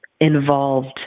involved